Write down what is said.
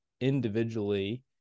individually